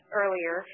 earlier